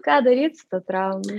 ką daryt su ta trauma